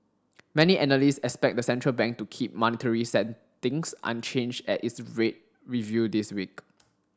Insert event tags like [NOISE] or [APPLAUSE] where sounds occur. many analysts expect the central bank to keep monetary [UNINTELLIGIBLE] unchanged at its [UNINTELLIGIBLE] rate review this week